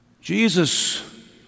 Jesus